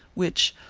which,